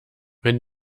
wenn